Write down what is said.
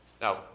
Now